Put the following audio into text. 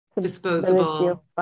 disposable